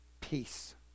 Peace